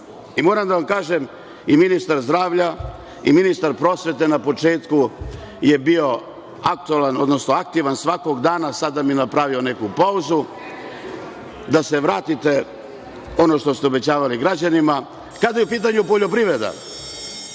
Moram da vam kažem, i ministar zdravlja i ministar prosvete na početku je bio aktivan svakog dana, sada mi je napravio neku pauzu, da se vratite ono što ste obećavali građanima. Kada je u pitanju poljoprivreda,